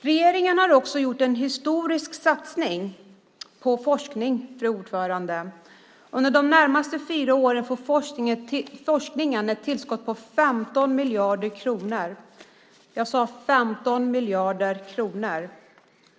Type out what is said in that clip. Regeringen har också gjort en historisk satsning på forskning. Under de närmaste fyra åren får forskningen ett tillskott på 15 miljarder kronor - jag sade 15 miljarder kronor.